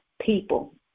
people